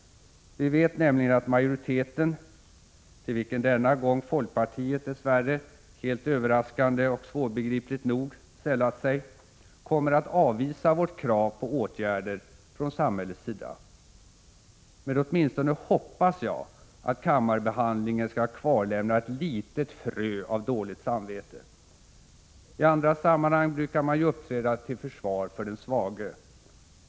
Vi vet nämligen att majoriteten — till vilken denna gång folkpartiet dess värre, helt överraskande och svårbegripligt nog, sällat sig — kommer att avvisa vårt krav på åtgärder från samhällets sida. Men åtminstone hoppas jag att kammarbehandlingen skall kvarlämna ett litet frö av dåligt samvete. I andra sammanhang brukar man ju uppträda till försvar för den svage.